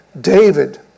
David